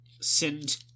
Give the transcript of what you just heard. send